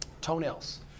Toenails